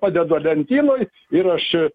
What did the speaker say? padedu lentynoj ir aš